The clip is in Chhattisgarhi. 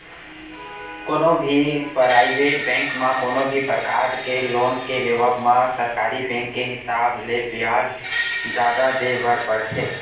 कोनो भी पराइवेट बैंक म कोनो भी परकार के लोन के लेवब म सरकारी बेंक के हिसाब ले बियाज जादा देय बर परथे